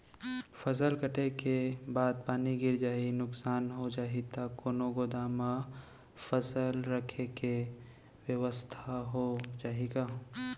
फसल कटे के बाद पानी गिर जाही, नुकसान हो जाही त कोनो गोदाम म फसल रखे के बेवस्था हो जाही का?